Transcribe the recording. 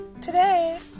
Today